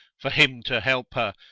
for him to help her!